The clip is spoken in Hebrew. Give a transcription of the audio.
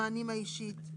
מה נקודת הכניסה של האדם?